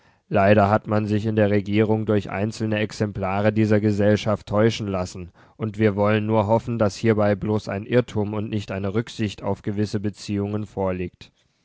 leider hat man sich wie es scheint in der regierung durch einzelne exemplare dieser gesellschaft täuschen lassen und wir wollen nur hoffen daß hierbei bloß ein irrtum und nicht eine rücksicht auf gewisse beziehungen vorliegt